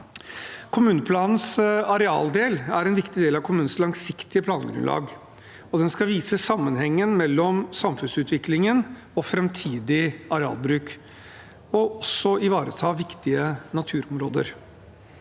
Kommuneplanens arealdel er en viktig del av kommunens langsiktige plangrunnlag, og den skal vise sammenhengen mellom samfunnsutviklingen og framtidig arealbruk, og også ivaretakelsen av viktige naturområder.